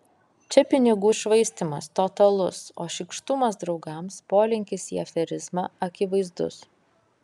čia pinigų švaistymas totalus o šykštumas draugams polinkis į aferizmą akivaizdus